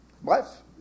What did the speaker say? Bref